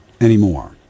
anymore